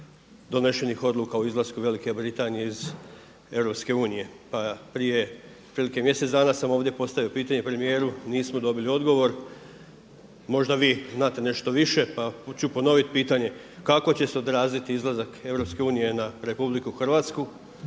donesenih odluka o izlasku Velike Britanije iz EU. Pa prije, otprilike mjesec dana sam ovdje postavio pitanje premijeru, nismo dobili odgovor, možda vi znate nešto više pa ću ponoviti pitanje, kako će se odraziti izlazak EU na RH? Da